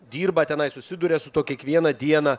dirba tenai susiduria su tuo kiekvieną dieną